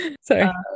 sorry